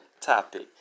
topic